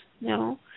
No